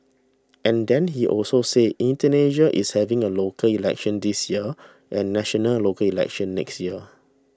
and then he also said Indonesia is having a local elections this year and national elections next year